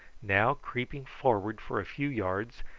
now creeping forward for a few yards,